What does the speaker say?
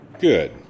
Good